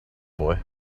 boy